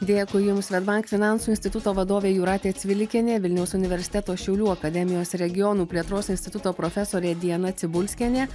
dėkui jums svedbank finansų instituto vadovė jūratė cvilikienė vilniaus universiteto šiaulių akademijos regionų plėtros instituto profesorė diana cibulskienė